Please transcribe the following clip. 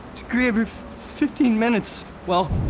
d-d-degree every fifteen minutes. well,